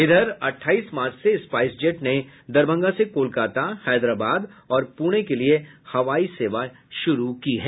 उधर अट्ठाईस मार्च से स्पाइस जेट ने दरभंगा से कोलकाता हैदराबाद और पुणे के लिए हवाई सेवा शुरू की गयी है